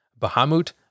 Bahamut